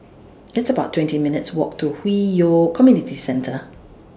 It's about twenty minutes' Walk to Hwi Yoh Community Centre